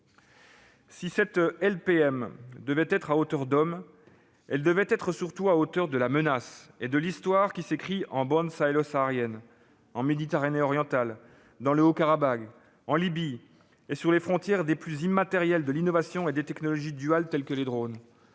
Si cette LPM devait être « à hauteur d'homme », elle devait surtout être à la hauteur de la menace qui sourd et de l'histoire qui s'écrit dans la bande sahélo-saharienne, en Méditerranée orientale, dans le Haut-Karabagh, en Libye ou sur les frontières plus immatérielles de l'innovation et des technologies duales telles que les drones-